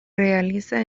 realiza